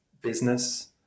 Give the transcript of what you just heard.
business